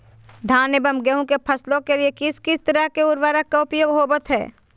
धान एवं गेहूं के फसलों के लिए किस किस तरह के उर्वरक का उपयोग होवत है?